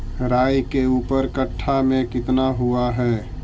राई के ऊपर कट्ठा में कितना हुआ है?